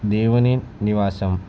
దేవుని నివాసం